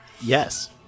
Yes